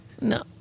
No